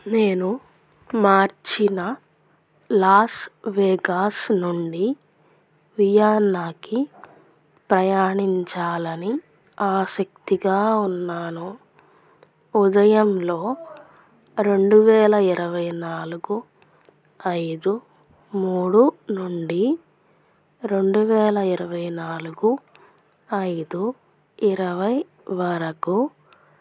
నేను మార్చిన Las Vegas నుండి వియన్నాకి ప్రయాణించాలని ఆసక్తిగా ఉన్నాను ఉదయంలో రెండు వేల ఇరవై నాలుగు ఐదు మూడు నుండి రెండు వేల ఇరవై నాలుగు ఐదు ఇరవై వరకు